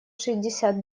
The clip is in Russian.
шестьдесят